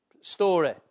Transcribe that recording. story